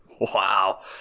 Wow